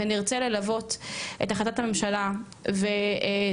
ונרצה ללוות את החלטת הממשלה וסוגיות